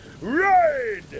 Ride